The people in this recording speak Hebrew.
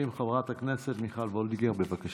330, חברת הכנסת מיכל וולדיגר, בבקשה.